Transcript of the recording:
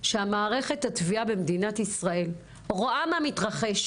את שמעת מה היא אמרה?